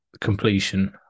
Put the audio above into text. completion